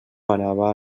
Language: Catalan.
anava